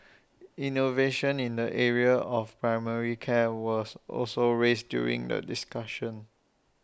innovation in the area of primary care was also raised during the discussion